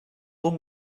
donc